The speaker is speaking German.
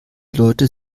leute